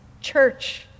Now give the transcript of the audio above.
church